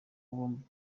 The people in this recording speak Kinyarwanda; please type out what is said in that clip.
bombi